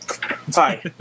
Hi